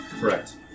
Correct